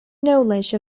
knowledge